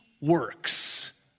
works